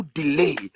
delay